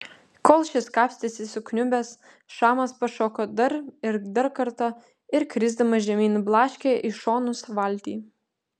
kol šis kapstėsi sukniubęs šamas pašoko dar ir dar kartą ir krisdamas žemyn blaškė į šonus valtį